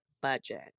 budget